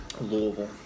Louisville